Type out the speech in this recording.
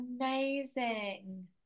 amazing